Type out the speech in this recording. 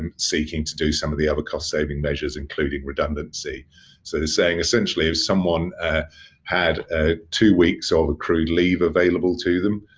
um seeking to do some of the other cost-saving measurable, including redundancy. so, they're saying essentially if someone had ah two weeks of accrued leave available to them,